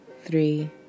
three